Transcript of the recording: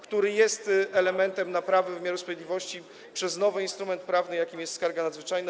który jest elementem naprawy wymiaru sprawiedliwości przez nowy instrument prawny, jakim jest skarga nadzwyczajna.